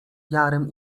jarem